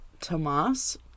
Tomas